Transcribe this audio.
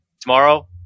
tomorrow